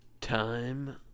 time